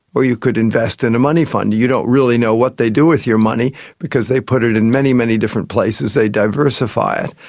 or you could invest in a money fund, you don't really know what they do with your money because they put it in many, many different places, they diversify it,